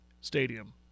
Stadium